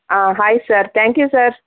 ಹಾಂ ಆಯ್ತು sir thank you sir